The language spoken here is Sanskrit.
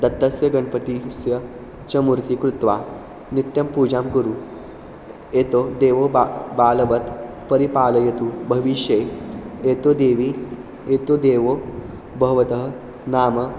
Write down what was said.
दत्तस्य गणपतिः तस्य च मूर्तिं कृत्वा नित्यं पूजां कुरु एतौ देवौ बा बालवत् परिपालयतु भविष्ये एतौ देवी एतौ देवो भगवतः नाम